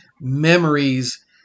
memories